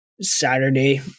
Saturday